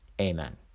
Amen